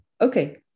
okay